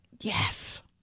Yes